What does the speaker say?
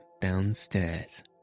downstairs